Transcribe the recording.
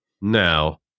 Now